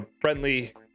friendly